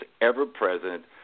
ever-present